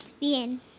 Bien